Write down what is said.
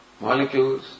molecules